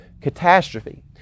catastrophe